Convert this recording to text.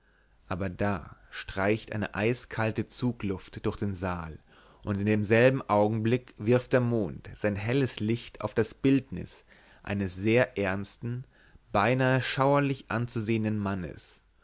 aber da streicht eine eiskalte zugluft durch den saal und in demselben augenblick wirft der mond sein helles licht auf das bildnis eines sehr ernsten beinahe schauerlich anzusehenden mannes